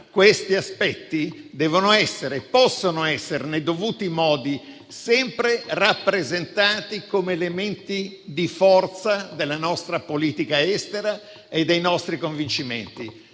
Questi aspetti devono e possono essere, nei dovuti modi, sempre rappresentati come elementi di forza della nostra politica estera e dei nostri convincimenti.